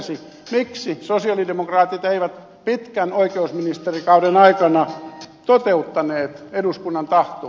miksi sosialidemokraatit eivät pitkän oikeusministerikauden aikana toteuttaneet eduskunnan tahtoa